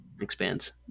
expands